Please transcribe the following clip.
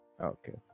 Okay